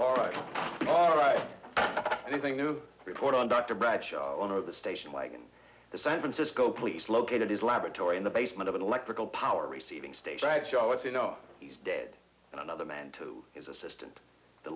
all right all right anything new report on dr bradshaw owner of the station wagon the san francisco police located his laboratory in the basement of an electrical power receiving station right show us you know he's dead and another man to his assistant the